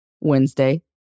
Wednesday